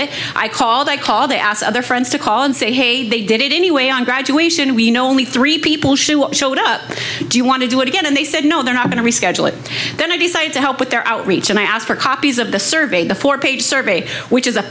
it i called i called they asked other friends to call and say hey they did it anyway on graduation we know only three people show up showed up do you want to do it again and they said no they're not going to reschedule it then i decided to help with their outreach and i asked for copies of the survey the four page survey which is